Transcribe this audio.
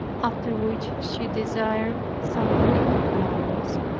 after which she desired some river-flowers,